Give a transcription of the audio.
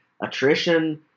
attrition